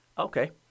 Okay